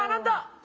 um and